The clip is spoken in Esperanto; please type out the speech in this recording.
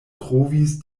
trovis